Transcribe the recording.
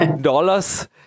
dollars